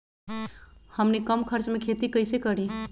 हमनी कम खर्च मे खेती कई से करी?